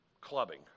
clubbing